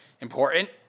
Important